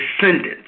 descendants